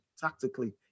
tactically